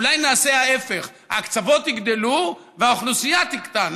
אולי נעשה ההפך, ההקצבות יגדלו והאוכלוסייה תקטן.